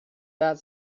that